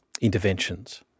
interventions